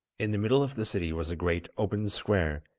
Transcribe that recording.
in the middle of the city was a great open square,